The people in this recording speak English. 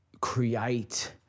create